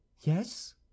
Yes